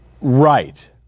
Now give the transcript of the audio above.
Right